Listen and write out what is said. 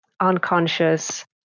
unconscious